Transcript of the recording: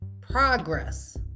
progress